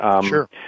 sure